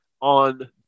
on